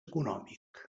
econòmic